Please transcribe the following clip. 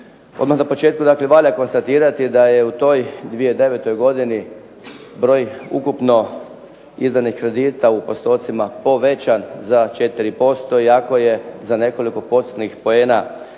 Odmah na početku, dakle valja konstatirati da je u toj 2009. godini broj ukupno izdanih kredita u postocima povećan za 4% iako je za nekoliko postotnih poena